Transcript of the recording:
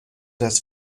das